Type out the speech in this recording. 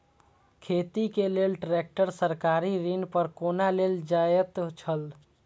खेती के लेल ट्रेक्टर सरकारी ऋण पर कोना लेल जायत छल?